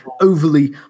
overly